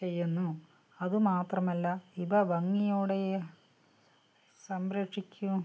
ചെയ്യുന്നു അതു മാത്രമല്ല ഇവ ഭംഗിയോടെ സംരക്ഷിക്കും